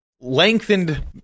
lengthened